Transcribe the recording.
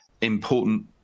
important